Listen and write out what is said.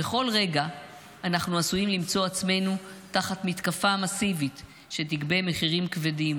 ובכל רגע אנחנו עשויים למצוא עצמנו תחת מתקפה מסיבית שתגבה מחירים כבדים